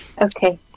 Okay